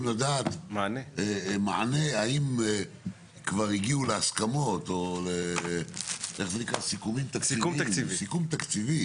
מענה האם כבר הגיעו להסכמות או לסיכום תקציבי